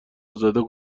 ازاده